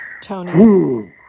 Tony